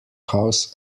house